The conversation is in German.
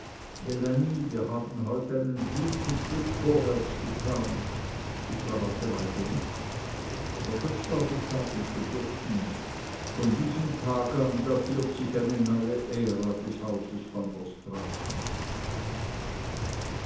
wir haben heut einen guten schritt vorwärts getan ich verrate weiter nichts aber das glaub ich sagen zu dürfen von diesem tag an datiert sich eine neue ära des hauses